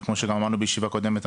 וכמו שאמרנו בישיבה הקודמת,